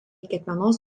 kiekvienos